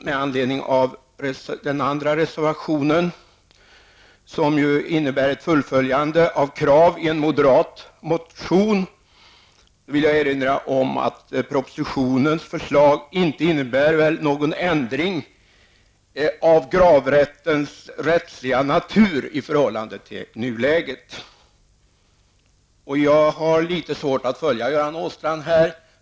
Med anledning av reservationen om gravrätt, som går ut på ett fullföljande av krav som ställts i en moderat motion, vill jag erinra om att propositionens förslag inte innebär en ändring av gravrättens rättsliga natur i förhållande till nuläget. Jag har litet svårt att följa Göran Åstrands tankegång.